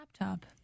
laptop